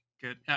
good